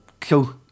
cool